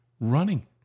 running